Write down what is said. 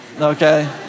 okay